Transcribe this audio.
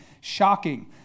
shocking